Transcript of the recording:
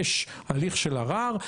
יש הליך של ערר.